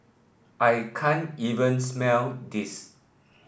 I can't even smell this